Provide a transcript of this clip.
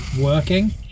working